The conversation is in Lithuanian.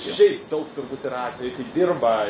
šiaip daug turbūt yra atvejų kai dirba